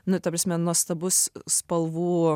nu ta prasme nuostabus spalvų